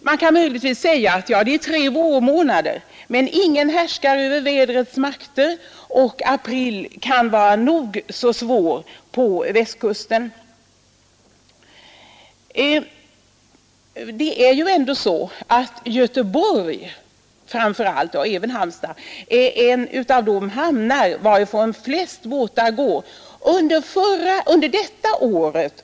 Man kan möjligtvis säga att det bara är fråga om tre vårmånader, men ingen härskar över vädrets makter, och april kan vara nog så svår på Västkusten. Framför allt Göteborg men även Halmstad hör till de livligast trafikerade hamnarna.